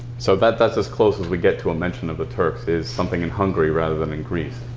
so but that's as close as we get to a mention of the turks is something in hungary rather than in greece.